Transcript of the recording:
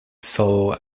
soul